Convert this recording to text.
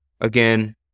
again